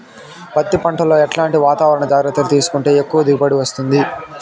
పత్తి పంట లో ఎట్లాంటి వాతావరణ జాగ్రత్తలు తీసుకుంటే ఎక్కువగా దిగుబడి వస్తుంది?